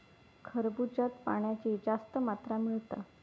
खरबूज्यात पाण्याची जास्त मात्रा मिळता